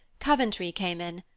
coventry came in,